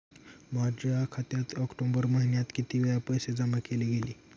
माझ्या खात्यात ऑक्टोबर महिन्यात किती वेळा पैसे जमा केले गेले?